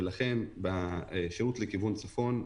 ולכן בשירות לכיוון צפון,